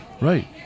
Right